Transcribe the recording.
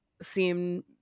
seem